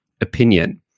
opinion